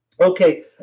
Okay